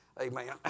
Amen